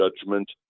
judgment